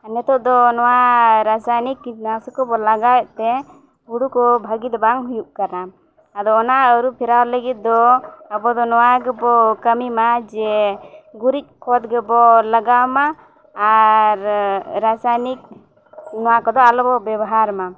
ᱱᱤᱛᱚᱜ ᱫᱚ ᱱᱚᱣᱟ ᱨᱟᱥᱟᱭᱚᱱᱤᱠ ᱠᱤᱴᱱᱟᱥᱚᱠ ᱠᱚᱵᱚᱱ ᱞᱟᱜᱟᱣᱟᱮᱫ ᱛᱮ ᱦᱩᱲᱩ ᱠᱚ ᱵᱷᱟᱹᱜᱤ ᱫᱚ ᱵᱟᱝ ᱦᱩᱭᱩᱜ ᱠᱟᱱᱟ ᱟᱫᱚ ᱚᱱᱟ ᱟᱹᱨᱩ ᱯᱷᱮᱨᱟᱣ ᱞᱟᱹᱜᱤᱫ ᱫᱚ ᱟᱵᱚ ᱫᱚ ᱱᱚᱣᱟ ᱜᱮᱵᱚᱱ ᱠᱟᱹᱢᱤ ᱢᱟ ᱡᱮ ᱜᱩᱨᱤᱡ ᱠᱷᱚᱛ ᱜᱮᱵᱚᱱ ᱞᱟᱜᱟᱣ ᱢᱟ ᱟᱨ ᱨᱟᱥᱟᱭᱚᱱᱤᱠ ᱱᱚᱣᱟ ᱠᱚᱫᱚ ᱟᱞᱚ ᱵᱚᱱ ᱵᱮᱵᱚᱦᱟᱨ ᱢᱟ